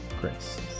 grace